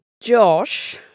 Josh